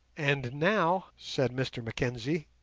and now said mr mackenzie,